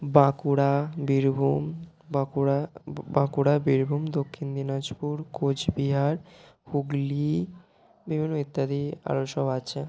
বাঁকুড়া বীরভূম বাঁকুড়া বাঁকুড়া বীরভূম দক্ষিণ দিনাজপুর কোচবিহার হুগলি বিভিন্ন ইত্যাদি আরও সব আছে